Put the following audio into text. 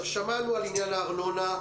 שמענו על עניין הארנונה.